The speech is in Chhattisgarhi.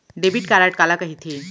डेबिट कारड काला कहिथे?